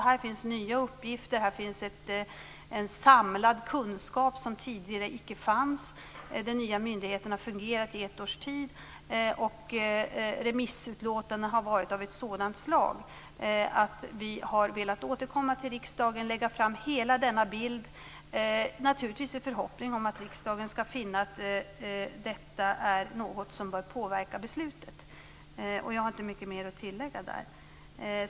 Här finns nya uppgifter, här finns en samlad kunskap som tidigare icke fanns, den nya myndigheten har fungerat i ett års tid och remissutlåtandena har varit av ett sådant slag att vi har velat återkomma till riksdagen och lägga fram hela denna bild - naturligtvis i förhoppning om att riksdagen ska finna att detta är något som bör påverka beslutet. Jag har inte mycket mer att tillägga där.